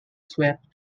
swept